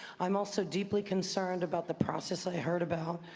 i'm also deeply concerned about the process i heard about.